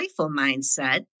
mindset